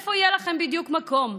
איפה יהיה לכם בדיוק מקום?